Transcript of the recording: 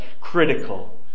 critical